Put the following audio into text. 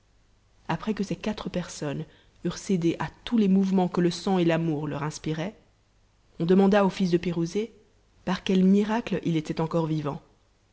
après que ces quatre personnes eurent cédé à tous les mouvements que le sang et l'amour leur inspiraient on demanda au fils de pirouzé par quel miracle il était encore vivant